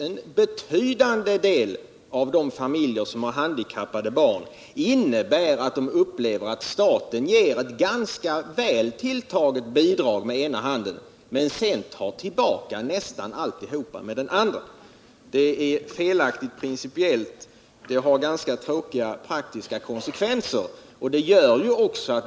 En betydande del av de familjer som har handikappade barn upplever det så att staten ger ett ganska väl tilltaget bidrag med ena handen men sedan tar tillbaka nästan alltihop med den andra. Det är principiellt felaktigt och får ganska tråkiga praktiska konsekvenser.